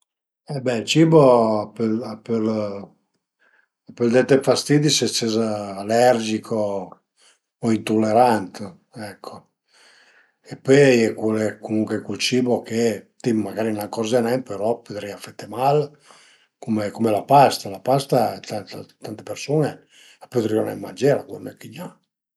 E be ël cibo a pöl a pöl dete fastidi se ses alergich u ëntulerant ecco e pöi a ie cule comuncue cul cibo che ti magari n'ëncorze nen però purìa fete mal cume la pasta, la pasta, tante persun-e a pudrìu nen mangela, cume me cügnà